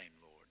Lord